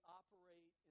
operate